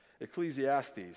Ecclesiastes